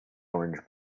orange